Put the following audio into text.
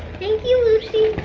thank you, lucie.